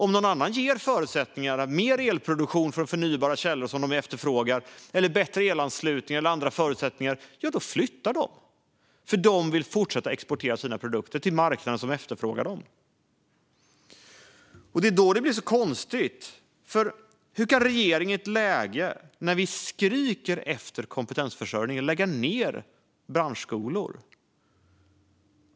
Om någon annan erbjuder mer elproduktion från förnybara källor, bättre elanslutning eller andra förutsättningar flyttar de, för de vill fortsätta att exportera sina produkter till den marknad som efterfrågar dem. Hur kan regeringen i ett läge då vi skriker efter kompetensförsörjning lägga ned branschskolor?